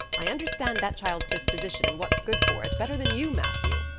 i understand that child's disposition and what's good for it better than you, matthew.